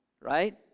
Right